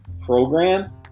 program